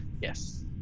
Yes